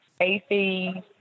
AC